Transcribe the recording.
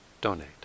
donate